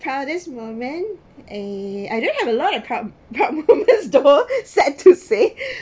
proudest moment eh I don't have a lot of proud proudest moment though sad to say